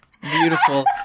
Beautiful